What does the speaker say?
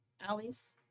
Alleys